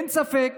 אין ספק